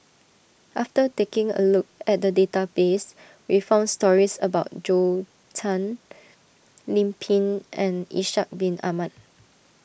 after taking a look at the database we found stories about Zhou Can Lim Pin and Ishak Bin Ahmad